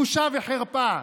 בושה וחרפה.